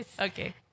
Okay